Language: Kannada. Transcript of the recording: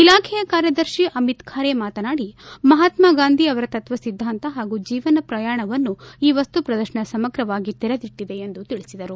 ಇಲಾಖೆಯ ಕಾರ್ಯದರ್ಶಿ ಅಮಿತ್ ಖರೆ ಮಾತನಾಡಿ ಮಹಾತ್ಮಗಾಂಧಿ ಅವ ತತ್ವ ಸಿದ್ದಾಂತ ಹಾಗೂ ಜೀವನ ಪ್ರಯಾಣವನ್ನು ಈ ವಸ್ತು ಪ್ರದರ್ಶನ ಸಮಗ್ರವಾಗಿ ತೆರೆದಿಟ್ಟದೆ ಎಂದು ತಿಳಿಸಿದರು